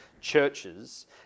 churches